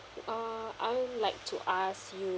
uh I would like to ask you